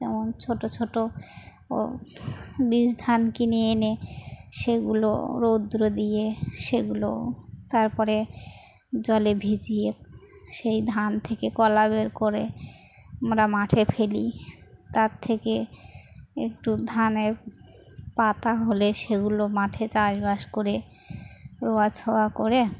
যেমন ছোটো ছোটো ও বীজ ধান কিনে এনে সেগুলো রৌদ্র দিয়ে সেগুলো তারপরে জলে ভিজিয়ে সেই ধান থেকে কলা বের করে আমরা মাঠে ফেলি তার থেকে একটু ধানের পাতা হলে সেগুলো মাঠে চাষবাস করে রোয়াছোয়া করে